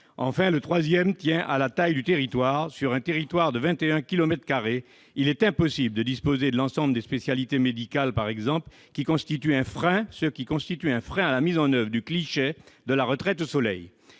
vie. La troisième tient à la taille du territoire : sur un territoire de 21 kilomètres carrés, il est impossible de disposer de l'ensemble des spécialités médicales, par exemple, ce qui constitue un frein à la mise en oeuvre du cliché de la retraite au soleil.